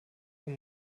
vom